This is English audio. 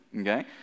okay